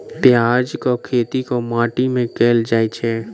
प्याज केँ खेती केँ माटि मे कैल जाएँ छैय?